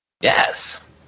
Yes